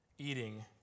eating